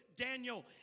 Daniel